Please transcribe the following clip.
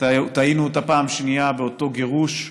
טעינו כך פעם שנייה באותו גירוש,